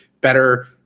better